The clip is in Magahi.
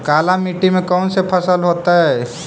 काला मिट्टी में कौन से फसल होतै?